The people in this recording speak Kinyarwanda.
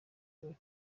birori